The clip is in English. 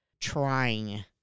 trying